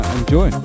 enjoy